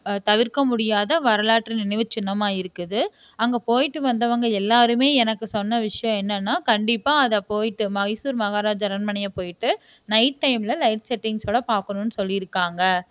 தவிர்க்க முடியாத வரலாற்று நினைவு சின்னமாக இருக்குது அங்கே போய்விட்டு வந்தவங்க எல்லோருமே எனக்கு சொன்ன விஷயம் என்னென்னா கண்டிப்பாக அதை போய்விட்டு மைசூர் மஹாராஜா அரண்மனையை போய்விட்டு நைட் டைமில் லைட் செட்டிங்ஸோடு பாக்கணுன்னு சொல்லியிருக்காங்க